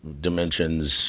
dimensions